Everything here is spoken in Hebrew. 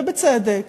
ובצדק,